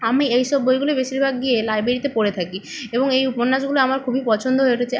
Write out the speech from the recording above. আমি এই সব বইগুলোই বেশিরভাগ গিয়ে লাইব্রেরিতে পড়ে থাকি এবং এই উপন্যাসগুলো আমার খুবই পছন্দ হয়ে উঠেছে